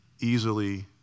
easily